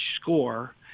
score